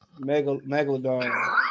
Megalodon